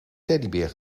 teddybeer